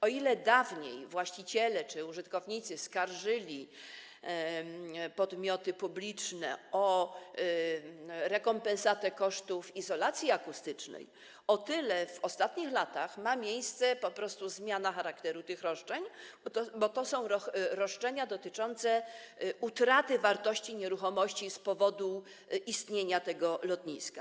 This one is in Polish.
O ile dawniej właściciele czy użytkownicy skarżyli podmioty publiczne o rekompensatę kosztów izolacji akustycznej, o tyle w ostatnich latach ma miejsce zmiana charakteru tych roszczeń, bo to są roszczenia dotyczące utraty wartości nieruchomości z powodu istnienia lotniska.